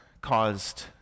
caused